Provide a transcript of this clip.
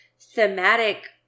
thematic